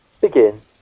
begin